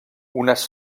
unes